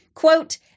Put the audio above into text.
Quote